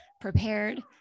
prepared